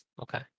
Okay